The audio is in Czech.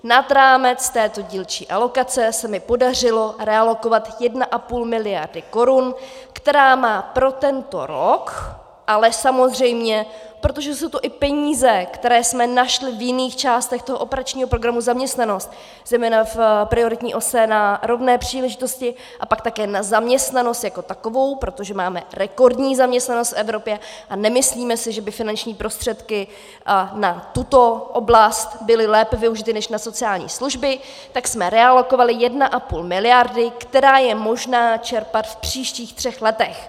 Nad rámec této dílčí alokace se mi podařilo realokovat 1,5 mld. korun, které má pro tento rok, ale samozřejmě protože jsou to i peníze, které jsme našli v jiných částech operačního programu Zaměstnanost, zejména v prioritní ose na rovné příležitosti a pak také na zaměstnanost jako takovou, protože máme rekordní zaměstnanost v Evropě a nemyslíme si, že by finanční prostředky na tuto oblast byly lépe využity než na sociální služby, tak jsme realokovali 1,5 mld., kterou je možno čerpat v příštích třech letech.